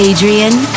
Adrian